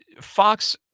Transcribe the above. Fox